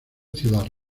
ciudad